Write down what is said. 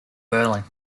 berlin